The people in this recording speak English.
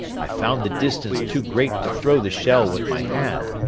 i found the distance too great to throw the shell with my hand,